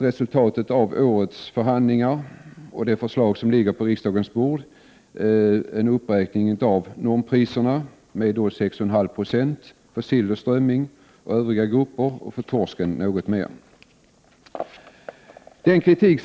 Resultatet av årets förhandlingar och det förslag som ligger på riksdagens bord är en uppräkning av normpriserna med 6,5 90 för sill, strömming och övriga grupper och något mer för torsken.